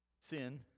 sin